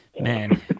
man